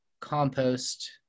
compost